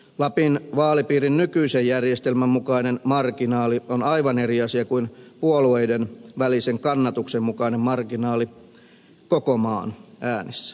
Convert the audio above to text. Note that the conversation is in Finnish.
lapin vaalipiirin nykyisen järjestelmän mukainen marginaali on aivan eri asia kuin puolueiden välisen kannatuksen mukainen marginaali koko maan äänissä